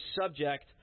subject